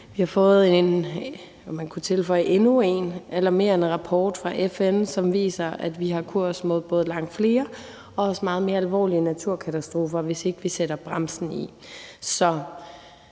– alarmerende rapport fra FN, som viser, at vi har kurs mod både langt flere og også meget mere alvorlige naturkatastrofer, hvis ikke vi sætter bremsen i.